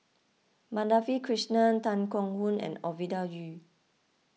Madhavi Krishnan Tan Keong Choon and Ovidia Yu